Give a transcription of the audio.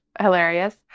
hilarious